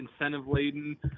incentive-laden